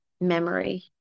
memory